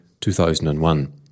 2001